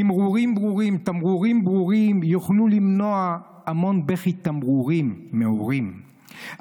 תמרורים ברורים יוכלו למנוע המון בכי תמרורים מהורים,